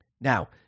Now